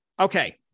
Okay